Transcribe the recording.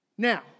Now